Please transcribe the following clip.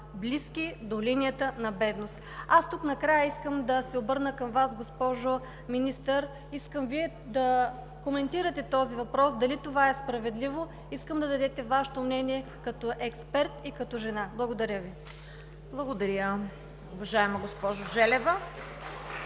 близки до линията на бедност. Накрая искам да се обърна към Вас, госпожо Министър. Искам Вие да коментирате този въпрос – дали това е справедливо? Искам да дадете Вашето мнение като експерт и като жена. Благодаря Ви. ПРЕДСЕДАТЕЛ ЦВЕТА КАРАЯНЧЕВА: Благодаря, уважаема госпожо Желева.